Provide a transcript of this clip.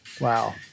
Wow